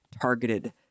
targeted